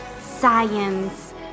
science